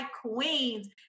queens